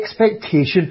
expectation